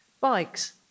Bikes